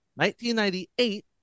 1998